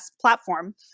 platform